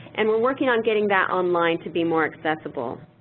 and we're working on getting that online to be more accessible.